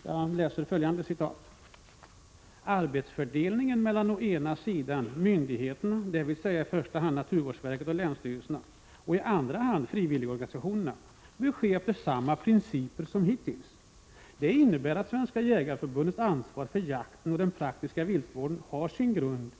Skrivningen på den här punkten fortsätter med följande: ”Arbetsfördelningen mellan å ena sidan myndigheterna, dvs. i första hand naturvårdsverket och länsstyrelserna, och å andra sidan frivilligorganisationerna bör ske efter samma principer som hittills. Det innebär att Svenska jägareförbundets ansvar för jakten och den praktiska viltvården har sin grund